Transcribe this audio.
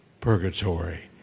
purgatory